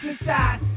inside